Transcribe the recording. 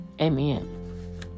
Amen